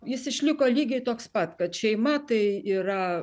jis išliko lygiai toks pat kad šeima tai yra